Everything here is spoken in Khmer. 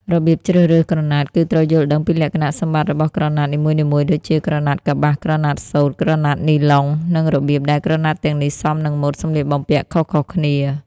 របៀបជ្រើសរើសក្រណាត់ គឺត្រូវយល់ដឹងពីលក្ខណៈសម្បត្តិរបស់ក្រណាត់នីមួយៗ ដូចជា ក្រណាត់កប្បាស ក្រណាត់សូត្រ ក្រណាត់នីឡុង និងរបៀបដែលក្រណាត់ទាំងនេះសមនឹងម៉ូដសម្លៀកបំពាក់ខុសៗគ្នា។